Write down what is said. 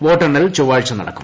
വോട്ടെണ്ണൽ ചൊവ്വാഴ്ച നടക്കും